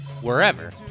wherever